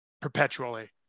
perpetually